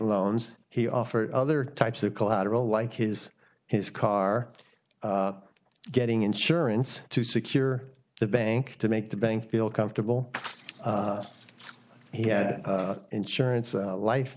loans he offered other types of collateral like his his car getting insurance to secure the bank to make the bank feel comfortable he had insurance life